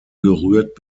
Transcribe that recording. gerührt